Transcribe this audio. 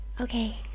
Okay